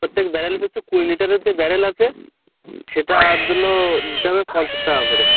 প্রত্যেক ব্যারেল পিছু কুড়ি লিটারের যে ব্যারেল আছে সেটার জন্য দিতে হবে পঞ্চাশ টাকা করে